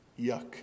yuck